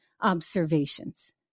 observations